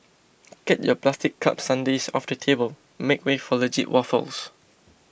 get your plastic cup sundaes off the table make way for legit waffles